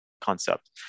concept